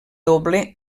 doble